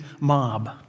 mob